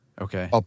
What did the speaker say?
Okay